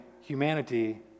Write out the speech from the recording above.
humanity